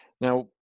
Now